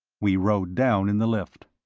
we rode down in the lift.